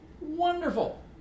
wonderful